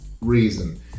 reason